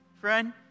friend